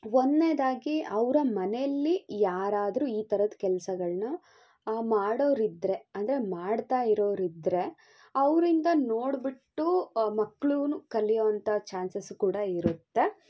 ಒಂದನೇದಾಗಿ ಅವರ ಮನೇಲಿ ಯಾರಾದರೂ ಈ ಥರದ ಕೆಲಸಗಳನ್ನ ಮಾಡೋರಿದ್ದರೆ ಅಂದರೆ ಮಾಡ್ತಾ ಇರೋರು ಇದ್ದರೆ ಅವರಿಂದ ನೋಡಿಬಿಟ್ಟು ಮಕ್ಳು ಕಲಿಯುವಂತಹ ಚಾನ್ಸಸ್ ಕೂಡ ಇರುತ್ತೆ